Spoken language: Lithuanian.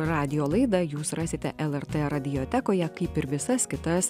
radijo laidą jūs rasite lrt radiotekoje kaip ir visas kitas